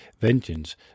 vengeance